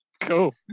Cool